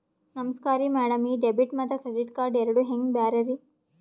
ನಮಸ್ಕಾರ್ರಿ ಮ್ಯಾಡಂ ಈ ಡೆಬಿಟ ಮತ್ತ ಕ್ರೆಡಿಟ್ ಕಾರ್ಡ್ ಎರಡೂ ಹೆಂಗ ಬ್ಯಾರೆ ರಿ?